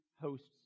host's